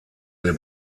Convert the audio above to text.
del